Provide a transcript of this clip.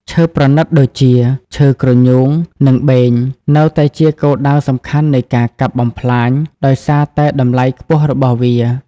ឈើប្រណិតដូចជា ឈើគ្រញូង និងបេង នៅតែជាគោលដៅសំខាន់នៃការកាប់បំផ្លាញ ដោយសារតែតម្លៃខ្ពស់របស់វា។